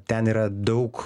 ten yra daug